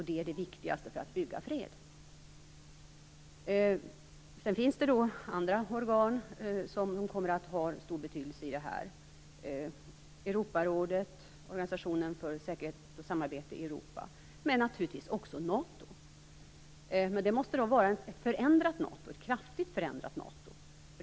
Det är det viktigaste för att bygga fred. Det finns också andra organ som kommer att ha stor betydelse i det här arbetet: Europarådet, Organisationen för säkerhet och samarbete i Europa, men naturligtvis också NATO. Men det måste vara ett kraftigt förändrat NATO.